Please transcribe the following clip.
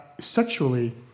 Sexually